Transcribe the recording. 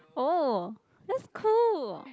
oh that's cool